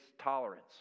tolerance